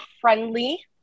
friendly